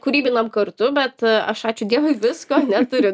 kūrybinam kartu bet aš ačiū dievui visko neturiu